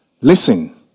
Listen